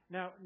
Now